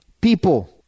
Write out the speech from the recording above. people